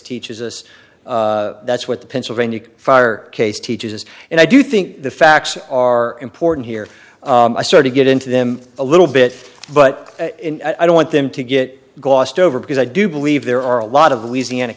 teaches us that's what the pennsylvania fire case teaches and i do think the facts are important here i start to get into them a little bit but i don't want them to get glossed over because i do believe there are a lot of louisiana